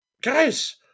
guys